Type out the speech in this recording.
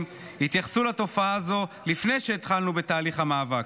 התייחסו לתופעה הזו לפני שהתחלנו בתהליך המאבק.